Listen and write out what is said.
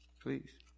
please